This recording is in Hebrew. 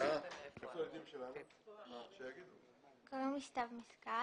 קוראים לי סתיו משכל,